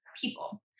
people